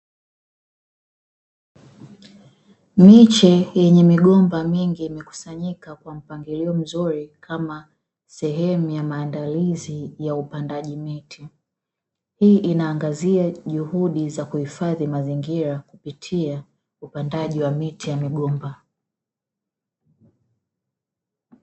Miche yenye migomba mingi imekusanyika kwa mpangilio mzuri kama sehemu ya maandalizi ya upandaji miti, hii inaangazia juhudi za kuhifadhi mazingira kupitia upandaji wa miti ya migomba.